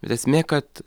bet esmė kad